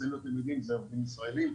אצלנו אתם יודעים אלו עובדים ישראלים.